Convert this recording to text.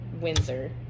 Windsor